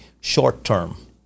short-term